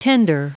Tender